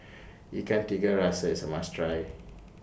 Ikan Tiga Rasa IS A must Try